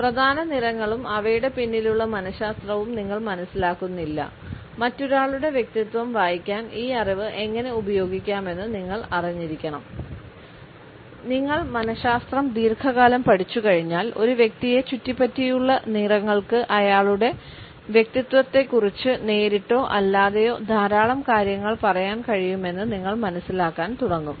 പ്രധാന നിറങ്ങളും അവയുടെ പിന്നിലുള്ള മനശാസ്ത്രവും നിങ്ങൾ മനസിലാക്കുന്നില്ല മറ്റൊരാളുടെ വ്യക്തിത്വം വായിക്കാൻ ഈ അറിവ് എങ്ങനെ ഉപയോഗിക്കാമെന്ന് നിങ്ങൾ അറിഞ്ഞിരിക്കണം നിങ്ങൾ മനശാസ്ത്രം ദീർഘകാലം പഠിച്ചുകഴിഞ്ഞാൽ ഒരു വ്യക്തിയെ ചുറ്റിപ്പറ്റിയുള്ള നിറങ്ങൾക്ക് അയാളുടെ വ്യക്തിത്വത്തെക്കുറിച്ച് നേരിട്ടോ അല്ലാതെയോ ധാരാളം കാര്യങ്ങൾ പറയാൻ കഴിയുമെന്ന് നിങ്ങൾ മനസ്സിലാക്കാൻ തുടങ്ങും